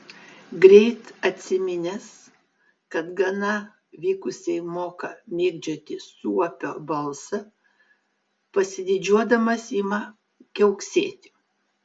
greit atsiminęs kad gana vykusiai moka mėgdžioti suopio balsą pasididžiuodamas ima kiauksėti